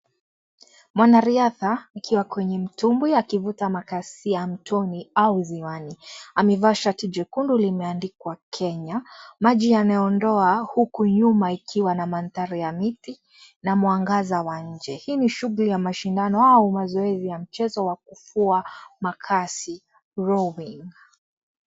Mwanariadha akiwa kwenye mtumbwi akivuta makasi ya mtoni au ziwani amevaa shati jekundu limeandikwa Kenya. Maji yanaondoa huku nyuma ikiwa na mandhari ya miti na mwangaza wa nje . Hii ni shughuli ya mashindano au mazoezi ya mchezo wa kufua makasi rowing .